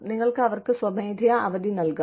നിങ്ങൾക്ക് അവർക്ക് സ്വമേധയാ അവധി നൽകാം